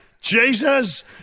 Jesus